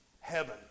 heaven